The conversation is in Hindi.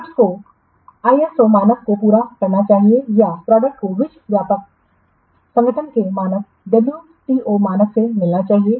प्रोडक्ट को आईएसओ मानकों को पूरा करना चाहिए या प्रोडक्ट को विश्व व्यापार संगठन के मानक डब्ल्यूटीओ मानक से मिलना चाहिए